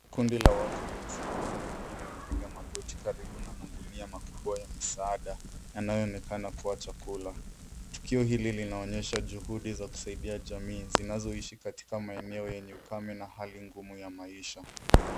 Kundi la watu limesimama na wengine wamepiga magoti karibu na magunia makubwa ya msaada yanayoonekana kuwa chakula. Tukio hili linaonyesha juhudi za kusaidia jamii zinazoishi katika maeneo yenye ukame na hali ngumu ya maisha.